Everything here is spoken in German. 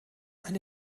ein